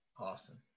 awesome